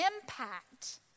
impact